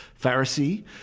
Pharisee